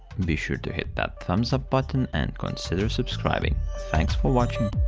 be sure to hit that thumbs up button and consider subscribing thanks for watching.